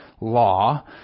law